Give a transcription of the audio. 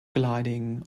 gliding